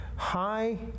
high